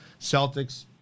Celtics